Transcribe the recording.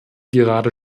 gerade